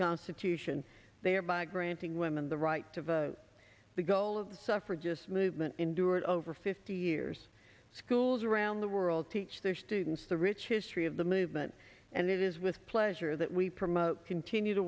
constitution thereby granting women the right to vote the goal of the suffragists movement endured over fifty years schools around the world teach their students the rich history of the movement and it is with pleasure that we promote continued